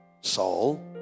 Saul